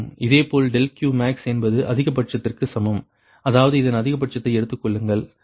இதேபோல் ∆Qmax என்பது அதிகபட்சத்திற்குச் சமம் அதாவது இதன் அதிகபட்சத்தை எடுத்துக் கொள்ளுங்கள் பின்னர் ∆Q2 ∆Q3 ∆Qn